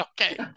Okay